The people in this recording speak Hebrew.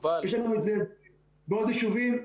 יש לנו את זה בעוד יישובים.